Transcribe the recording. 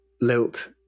lilt